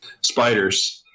spiders